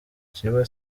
ikiremwa